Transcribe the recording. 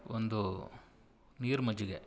ಒಂದು ನೀರು ಮಜ್ಜಿಗೆ